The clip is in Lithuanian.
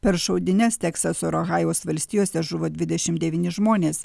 per šaudynes teksaso ir ohajau valstijose žuvo dvidešim devyni žmonės